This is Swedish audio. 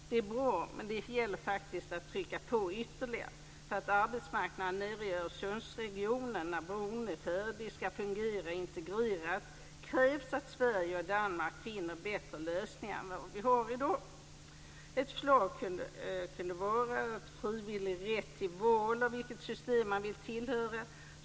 Det är bra, men det gäller faktiskt att trycka på ytterligare. För att arbetsmarknaden nere i Öresundsregionen ska fungera integrerat när bron är färdig krävs det att Sverige och Danmark finner bättre lösningar än vad vi har i dag. Ett förslag kunde vara frivillig rätt till val av vilket system man vill tillhöra.